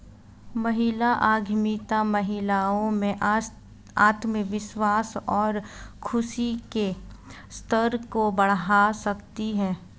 महिला उद्यमिता महिलाओं में आत्मविश्वास और खुशी के स्तर को बढ़ा सकती है